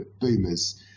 boomers